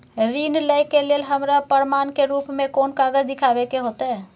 ऋण लय के लेल हमरा प्रमाण के रूप में कोन कागज़ दिखाबै के होतय?